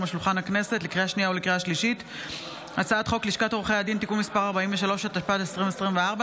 ולמשרתי מילואים בזכאות למעונות סטודנטים